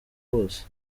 hose